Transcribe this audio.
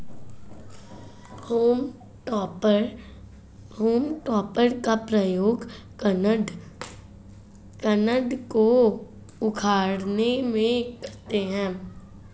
home टॉपर का प्रयोग कन्द को उखाड़ने में करते हैं